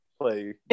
play